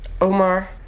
Omar